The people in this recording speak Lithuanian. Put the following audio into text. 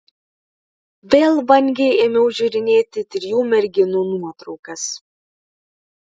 vėl vangiai ėmiau žiūrinėti trijų merginų nuotraukas